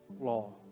law